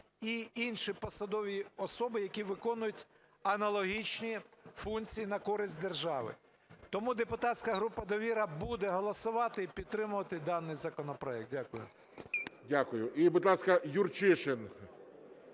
і інші посадові особи, які виконують аналогічні функції на користь держави. Тому депутатська група "Довіра" буде голосувати і підтримувати даний законопроект. Дякую. ГОЛОВУЮЧИЙ. І, будь ласка, Юрчишин,